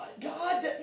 God